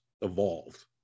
evolved